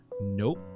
Nope